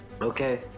Okay